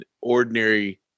ordinary